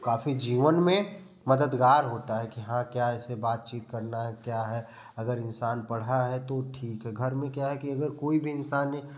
काफ़ी जीवन में मददगार होता है कि हाँ क्या ऐसे बातचीत करना है क्या है अगर इंसान पढ़ा है तो ठीक है घर में क्या है कि कोई भी इंसान ने